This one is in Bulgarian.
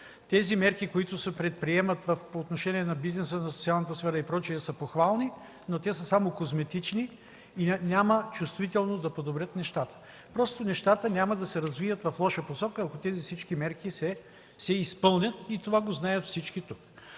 Тези мерки, които се предприемат по отношение на бизнеса, в социалната сфера и прочие са похвални, но те са само козметични и няма чувствително да подобрят нещата. Просто нещата няма да се развият в лоша посока, ако всички тези мерки се изпълнят. И това го знаят всички тук.